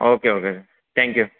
okay okay thank you